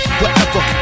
wherever